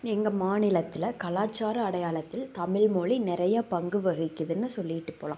எங்க மாநிலத்தில் கலாச்சார அடையாளத்தில் தமிழ் மொழி நிறையா பங்கு வகிக்கிதுன்னு சொல்லிகிட்டு போகலாம்